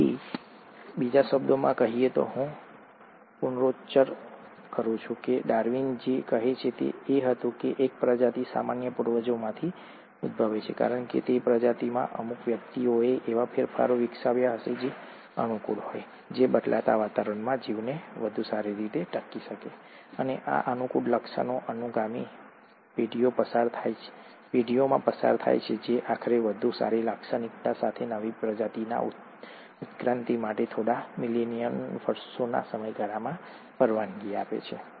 તેથી બીજા શબ્દોમાં કહીએ તો હું પુનરોચ્ચાર કરું છું ડાર્વિન જે કહે છે તે એ હતું કે એક પ્રજાતિ સામાન્ય પૂર્વજોમાંથી ઉદભવે છે કારણ કે તે પ્રજાતિમાં અમુક વ્યક્તિઓએ એવા ફેરફારો વિકસાવ્યા હશે જે અનુકૂળ હોય જે બદલાતા વાતાવરણમાં જીવને વધુ સારી રીતે ટકી શકે અને આ સાનુકૂળ લક્ષણો અનુગામી પેઢીઓમાં પસાર થાય છે જે આખરે વધુ સારી લાક્ષણિકતાઓ સાથે નવી પ્રજાતિના ઉત્ક્રાંતિ માટે થોડા મિલિયન વર્ષોના સમયગાળામાં પરવાનગી આપે છે